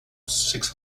six